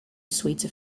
sweeter